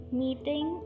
meeting